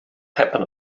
happen